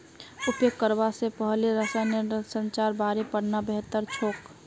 उपयोग करवा स पहले रसायनेर संरचनार बारे पढ़ना बेहतर छोक